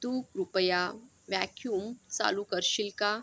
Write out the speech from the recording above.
तू कृपया वॅक्युम चालू करशील का